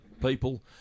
people